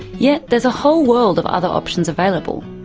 yet there's a whole world of other options available.